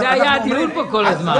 על זה היה פה הדיון כל הזמן.